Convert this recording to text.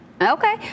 Okay